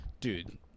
Dude